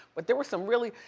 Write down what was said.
but there were some really.